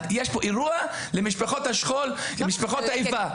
יש פה אירוע למשפחות השכול, למשפחות איבה.